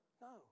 No